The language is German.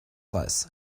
weiß